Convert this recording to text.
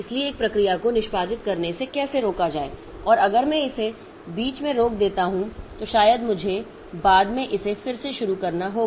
इसलिए एक प्रक्रिया को निष्पादित करने से कैसे रोका जाए और अगर मैं इसे बीच में रोक देता हूं तो शायद मुझे बाद में इसे फिर से शुरू करना होगा